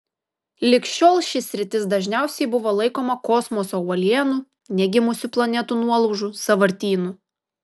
lig šiol ši sritis dažniausiai buvo laikoma kosmoso uolienų negimusių planetų nuolaužų sąvartynu